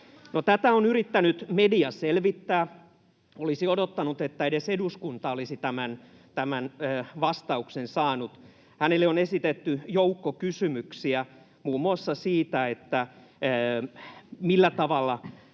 tätä on yrittänyt media selvittää. Olisi odottanut, että edes eduskunta olisi tämän vastauksen saanut. Ministerille on esitetty joukko kysymyksiä muun muassa siitä, millä tavalla